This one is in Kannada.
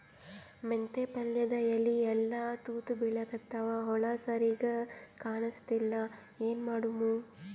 ಮೆಂತೆ ಪಲ್ಯಾದ ಎಲಿ ಎಲ್ಲಾ ತೂತ ಬಿಳಿಕತ್ತಾವ, ಹುಳ ಸರಿಗ ಕಾಣಸ್ತಿಲ್ಲ, ಏನ ಮಾಡಮು?